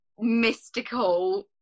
mystical